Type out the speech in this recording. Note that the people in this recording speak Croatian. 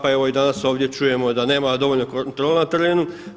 Pa evo i danas ovdje čujemo da nemamo dovoljno kontrola na terenu.